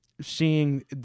seeing